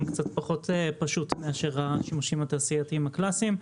פחות פשוט מאשר השימושים התעשייתיים הקלאסיים.